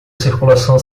circulação